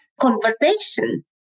conversations